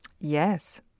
Yes